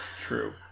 True